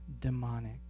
demonic